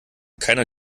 keiner